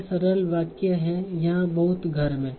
यह सरल वाक्य है यहाँ बहुत गर्म है